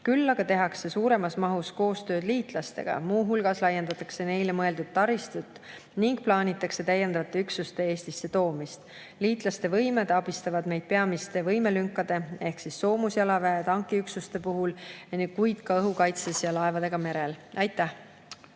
Küll aga tehakse suuremas mahus koostööd liitlastega, muu hulgas laiendatakse neile mõeldud taristut ning plaanitakse täiendavate üksuste toomist Eestisse. Liitlaste võimed on abiks meie peamiste võimelünkade ehk soomusjalaväe- ja tankiüksuste puhul, kuid ka õhukaitses ja laevadega merel. Aitäh!